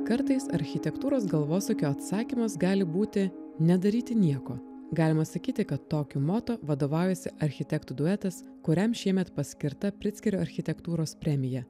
kartais architektūros galvosūkio atsakymas gali būti nedaryti nieko galima sakyti kad tokiu moto vadovaujasi architektų duetas kuriam šiemet paskirta prickerio architektūros premija